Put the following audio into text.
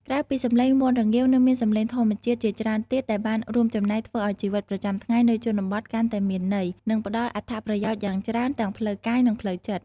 ក្រៅពីសំឡេងមាន់រងាវ នៅមាន សំឡេងធម្មជាតិ ជាច្រើនទៀតដែលបានរួមចំណែកធ្វើឱ្យជីវិតប្រចាំថ្ងៃនៅជនបទកាន់តែមានន័យ និងផ្តល់អត្ថប្រយោជន៍យ៉ាងច្រើនទាំងផ្លូវកាយ និងផ្លូវចិត្ត។